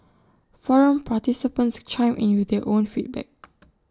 forum participants chimed in with their own feedback